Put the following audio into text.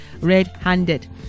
red-handed